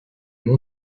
mon